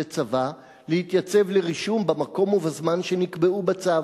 צבא להתייצב לרישום במקום ובזמן שנקבעו בצו,